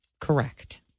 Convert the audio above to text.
correct